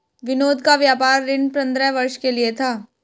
विनोद का व्यापार ऋण पंद्रह वर्ष के लिए था